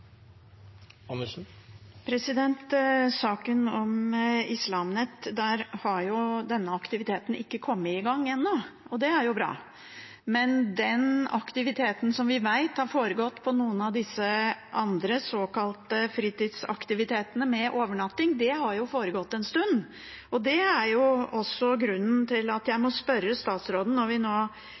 saken om Islam Net, har jo denne aktiviteten ikke kommet i gang ennå. Og det er jo bra. Men den aktiviteten som vi vet har foregått på noen av disse andre såkalte fritidsaktivitetene med overnatting, det har jo foregått en stund. Det er grunnen til at jeg må spørre statsråden, når vi nå